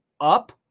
up